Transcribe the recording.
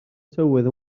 tywydd